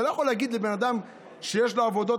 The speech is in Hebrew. אתה לא יכול להגיד לבן אדם שיש לו עבודות